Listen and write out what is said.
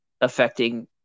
affecting